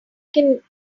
can